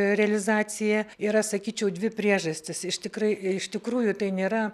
realizacija yra sakyčiau dvi priežastys iš tikrai iš tikrųjų tai nėra